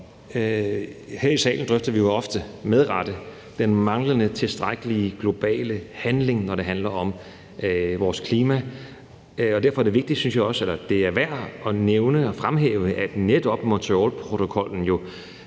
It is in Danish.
Her i salen drøfter vi jo ofte med rette den manglende tilstrækkelige globale handling, når det handler om vores klima. Derfor synes jeg også, det er værd at nævne og fremhæve, at netop Montrealprotokollen